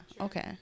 Okay